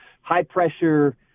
high-pressure